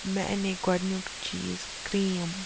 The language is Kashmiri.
مےٚ اَنے گۄڈنیُک چیٖز کریٖم